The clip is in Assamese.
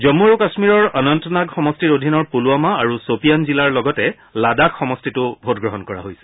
জম্মু কাশ্মীৰৰ অনন্তনাগ সমষ্টিৰ অধীনৰ পূলৱামা আৰু ছপিয়ান জিলাৰ লগতে লাডাখ সমষ্টিতো ভোটগ্ৰহণ কৰা হৈছে